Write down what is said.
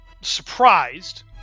surprised